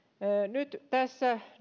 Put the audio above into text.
nyt tässä